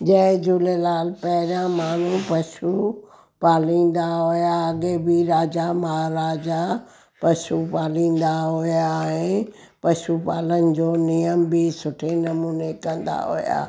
जय झूलेलाल पहिरियां माण्हू पशु पालींदा हुआ अॻिए बि राजा महाराजा पशु पालींदा हुआ ऐं पशु पालन जो नियम बि सुठे नमूने कंदा हुआ